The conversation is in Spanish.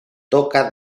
toca